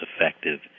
effective